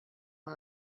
man